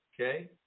okay